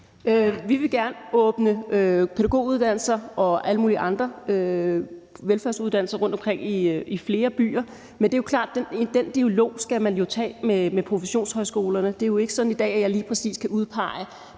Vi vil gerne åbne pædagoguddannelser og alle mulige andre velfærdsuddannelser i flere byer rundtomkring, men det er klart, at den dialog skal man jo tage med professionshøjskolerne. Det er jo ikke sådan i dag, at jeg lige kan udpege,